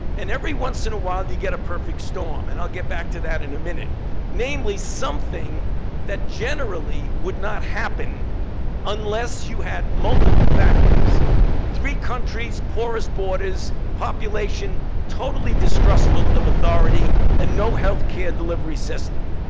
and every once in a while, you get a perfect storm, and i'll get back to that in a minute namely, something that generally would not happen unless you had multiple factors three countries, porous borders, population totally distrustful of authority, and no health care delivery system.